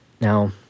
Now